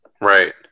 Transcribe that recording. Right